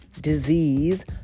disease